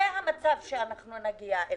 זה המצב שאליו נגיע.